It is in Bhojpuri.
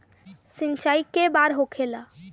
सिंचाई के बार होखेला?